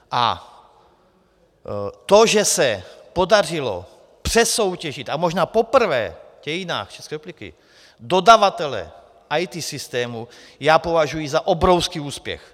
A to, že se podařilo přesoutěžit, a možná poprvé v dějinách České republiky, dodavatele IT systému, já považuji za obrovský úspěch.